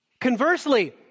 Conversely